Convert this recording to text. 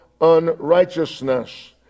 unrighteousness